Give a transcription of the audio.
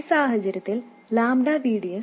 ഈ സാഹചര്യത്തിൽ lambda VDS 0